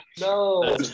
No